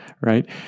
right